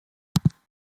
depression